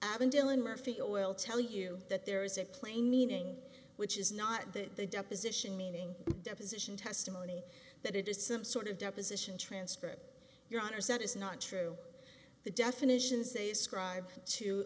avondale and murphy oil tell you that there is a plain meaning which is not that the deposition meaning deposition testimony that it is some sort of deposition transcript your honor said is not true the definition